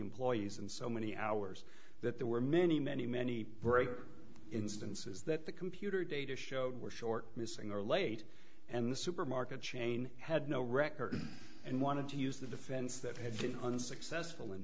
employees and so many hours that there were many many many great instances that the computer data showed were short missing or late and the supermarket chain had no record and wanted to use the defense that had been unsuccessful in